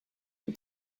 but